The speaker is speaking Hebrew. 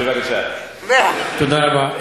תודה רבה.